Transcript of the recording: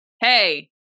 hey